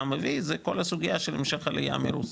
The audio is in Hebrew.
אומר זה על הסוגיה של המשך עלייה מרוסיה,